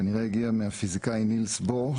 כנראה הגיעה מהפיזיקאי נילס בוהר,